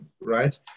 right